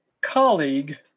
colleague